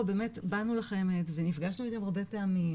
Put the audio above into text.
באמת באנו לחמ"ד ונפגשנו איתם הרבה פעמים,